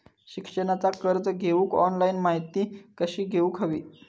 शिक्षणाचा कर्ज घेऊक ऑनलाइन माहिती कशी घेऊक हवी?